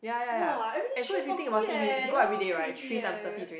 !wah! everyday three forty eh ya loh crazy eh